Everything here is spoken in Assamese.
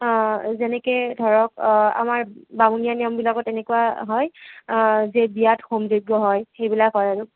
যেনেকৈ ধৰক আমাৰ বামুণীয়া নিয়মবিলাকত এনেকুৱা হয় যে বিয়াত হোম যজ্ঞ হয় সেইবিলাক হয় আৰু